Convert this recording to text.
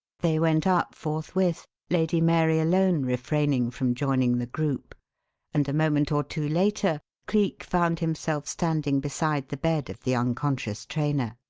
they went up forthwith lady mary alone refraining from joining the group and a moment or two later cleek found himself standing beside the bed of the unconscious trainer.